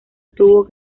tuvo